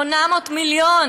800 מיליון,